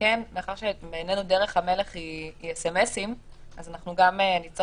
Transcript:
מאחר שבעינינו דרך המלך היא סמסים אנחנו נצטרך